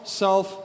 self